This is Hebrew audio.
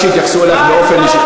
מצוין.